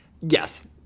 Yes